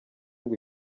ngo